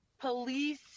police